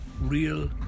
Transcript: real